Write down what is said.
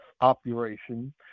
operation